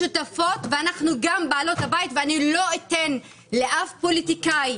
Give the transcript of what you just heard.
ואנחנו גם בעלות הבית ואני לא אתן לאף פוליטיקאי,